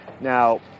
Now